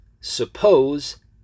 suppose